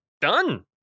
Done